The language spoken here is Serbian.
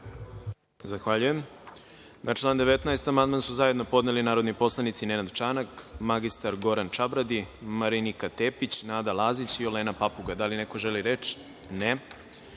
Zahvaljujem. Na član 19. amandman su zajedno podneli narodni poslanici Nenad Čanak, mr Goran Čabradi, Marinika Tepić, Nada Lazić i Olena Papuga. Da li neko želi reč?